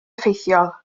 effeithiol